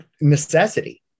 necessity